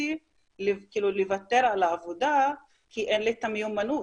נאלצתי לוותר על העבודה כי אין לי את המיומנות.